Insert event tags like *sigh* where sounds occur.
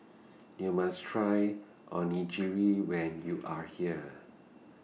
*noise* YOU must Try Onigiri when YOU Are here